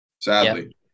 Sadly